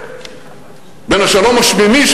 בין השלום השמימי,